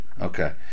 Okay